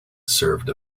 served